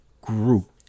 group